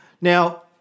Now